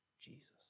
Jesus